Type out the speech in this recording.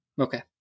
Okay